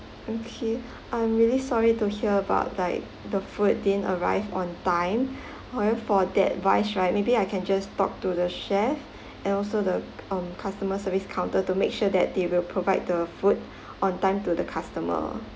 okay I'm really sorry to hear about like the food didn't arrive on time however for that rice right maybe I can just talk to the chef and also the um customer service counter to make sure that they will provide the food on time to the customer